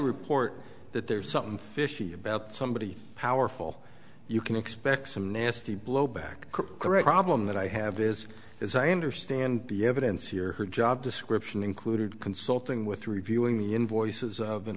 report that there's something fishy about somebody powerful you can expect some nasty blowback correct problem that i have is as i understand the evidence here her job description included consulting with reviewing the invoices of